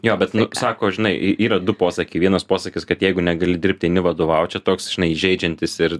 jo bet nu sako žinai yra du posakiai vienas posakis kad jeigu negali dirbt eini vadovaut čia toks žinai įžeidžiantis ir